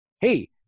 hey